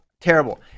terrible